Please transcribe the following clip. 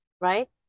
right